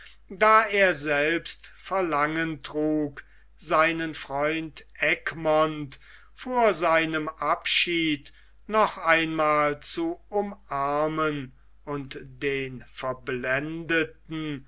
da er selbst verlangen trug seinen freund egmont vor seinem abschied noch einmal zu umarmen und den verblendeten